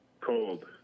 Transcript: Cold